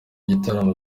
gitaramo